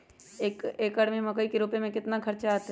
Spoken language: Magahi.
एक एकर में मकई रोपे में कितना खर्च अतै?